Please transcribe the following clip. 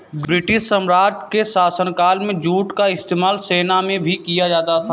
British साम्राज्य के शासनकाल में जूट का इस्तेमाल सेना में भी किया जाता था